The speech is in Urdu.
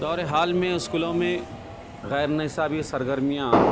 دورِ حال میں اسکولوں میں غیرنصابی سرگرمیاں